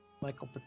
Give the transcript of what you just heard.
Michael